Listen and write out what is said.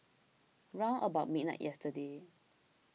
round about midnight yesterday